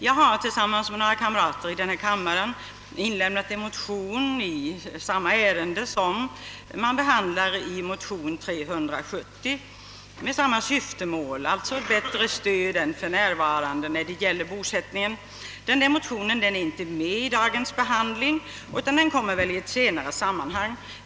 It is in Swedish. Jag har tillsammans med några kamrater i denna kammare avgivit en motion i samma ärende som behandlas i motion 370 och med samma syfte, det vill säga ett bättre stöd än för närvarande när det gäller bostadsanskaffning och bosättning, och den motionen är dock av någon anledning inte med i dag men kommer väl upp i ett senare sammanhang.